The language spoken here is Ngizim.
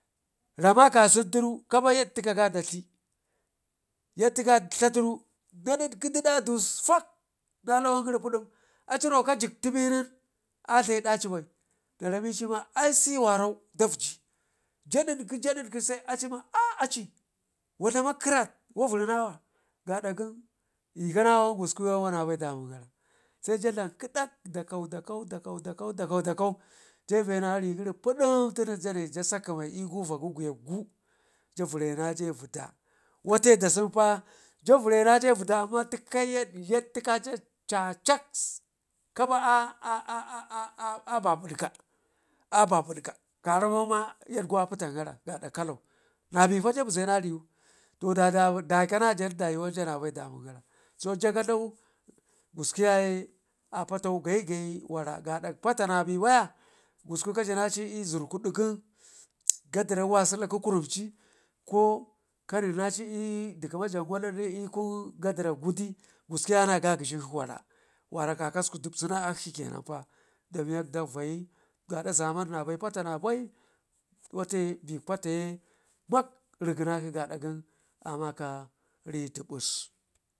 ramma kasen tunu kapayad tika ga dadi yadtikage dlatanu na ditki dedadus fak na lawan gəri pidum aciro ka jikte benina dlayi daci ba naramici ma ai se warau daugi ja digki ja dikti se acima aa aci, wadlama kratwa vərinawa gadda gɗn l'kanawan ƙusku yuwunja nabai damungara seja dlam kədak dakau dakau dakau dakau dakau dakau dakau jai və na rikəri pudum tunu jani ja sakəyi l'guua gugguyakgu ja vərre naje vədda wate dasen pa ja vərre naje vidda amma tiƙa yada yada tikaja caccak ka pa a ɓabud ka ɓabud ka yaramma yadgu apitan gara nabefa jabze na riwu da l'kana jan da yu wanja damun gara so jaga dlau gusku yaye apatau gayi gayi wara gadak patamabe baya kusku kajinaci l'zurkuduk gən gadirra wasula ku kun kurumci ko kanenaci l'dikəma janga dolle l'kun gadirra gudi kuskuya na gagəshen shiƙshi wara wara ka kasku dubshinakshi da miya kshi kenanpa miyak dcak vayi gadda zaman pata na bai, wate be pataye mak rigənakshi amaka ri dubus.